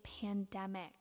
pandemic